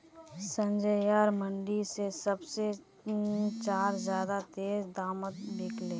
संजयर मंडी त सब से चार ज्यादा तेज़ दामोंत बिकल्ये